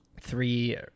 three